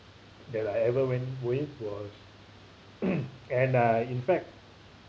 that I ever went with was and uh in fact